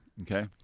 okay